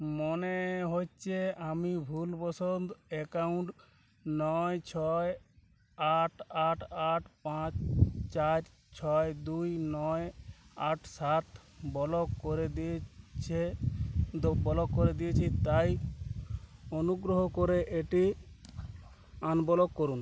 মনে হচ্ছে আমি ভুলবশত অ্যাকাউন্ট নয় ছয় আট আট আট পাঁচ চার ছয় দুই নয় আট সাত বলক করে দিয়েছে দো ব্লক করে দিয়েছি তাই অনুগ্রহ করে এটি আনব্লক করুন